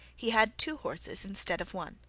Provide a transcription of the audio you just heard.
he had two horses instead of one.